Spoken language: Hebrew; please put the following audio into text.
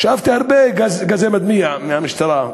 שאפתי הרבה גז מדמיע מהמשטרה,